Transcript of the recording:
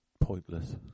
pointless